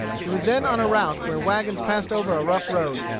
he was then on a route where wagons passed over a rough road,